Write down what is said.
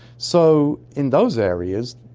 so in those areas,